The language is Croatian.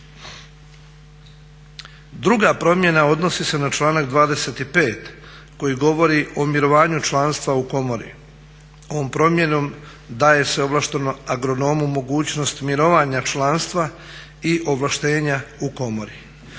Druga promjena odnosi se na članak 25. koji govori o mirovanju članstva u komori. Ovom promjenom daje se ovlaštenom agronomu mogućnost mirovanja članstva i ovlaštenja u komori.